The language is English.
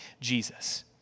Jesus